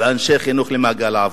ואנשי חינוך למעגל העבודה.